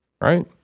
right